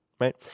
Right